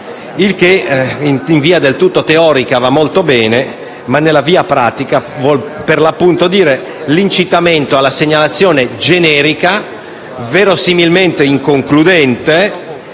il che in via del tutto teorica va molto bene, ma in pratica significa incitamento alla segnalazione generica, verosimilmente inconcludente,